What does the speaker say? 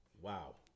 Wow